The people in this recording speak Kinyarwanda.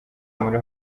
muri